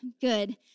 good